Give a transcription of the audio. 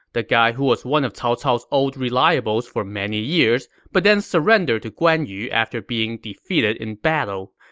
the guy who was one of cao cao's old reliables for many years but then surrendered to guan yu after being defeated in battle.